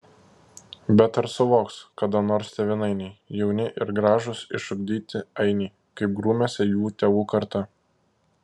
bet ar suvoks kada nors tėvynainiai jauni ir gražūs išugdyti ainiai kaip grūmėsi jų tėvų karta